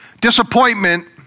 Disappointment